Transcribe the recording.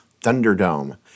Thunderdome